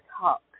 talk